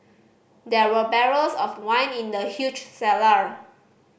there were barrels of wine in the huge cellar